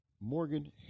Morgan